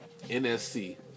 NSC